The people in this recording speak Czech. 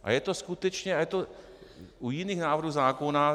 A je to skutečně u jiných návrhů zákona.